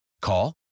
Call